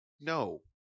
no